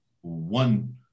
one